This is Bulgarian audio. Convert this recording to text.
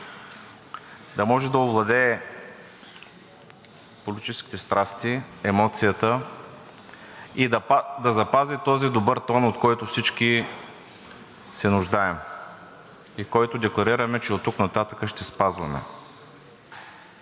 да може да овладее политическите страсти, емоцията и да запази този добър тон, от който всички се нуждаем и който декларираме, че оттук нататък ще спазваме.